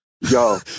Yo